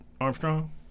armstrong